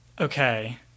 Okay